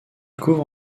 couvre